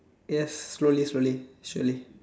yes slowly slowly surely